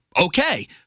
Okay